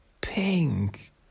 pink